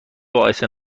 باعث